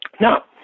Now